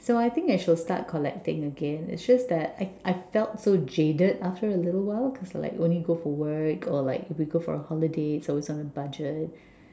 so I think I should start collecting again it's just that I I felt so jaded after a little while because like when you go for work or like if you go for a holiday so it's on a budget